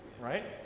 Right